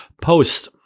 post